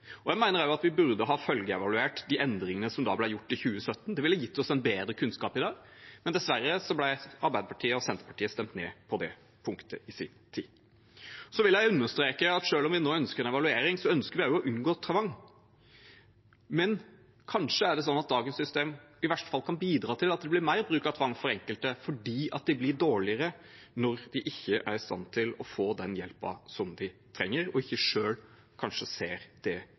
Jeg mener også at vi burde ha følgeevaluert de endringene som ble gjort i 2017, at det ville gitt oss bedre kunnskap i dag, men dessverre ble Arbeiderpartiet og Senterpartiet stemt ned på det punktet i sin tid. Jeg vil understreke at selv om vi nå ønsker en evaluering, ønsker vi også å unngå tvang. Men kanskje er det sånn at dagens system i verste fall kan bidra til mer bruk av tvang for enkelte, fordi de blir dårligere når de ikke er i stand til å få den hjelpen de trenger, og kanskje ikke selv ser det